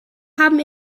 haben